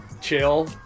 chill